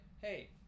hey